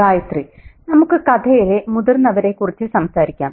ഗായത്രി നമുക്ക് കഥയിലെ മുതിർന്നവരെക്കുറിച്ച് സംസാരിക്കാം